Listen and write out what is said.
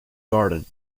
garden